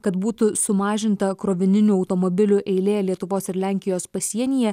kad būtų sumažinta krovininių automobilių eilė lietuvos ir lenkijos pasienyje